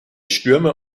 stürmer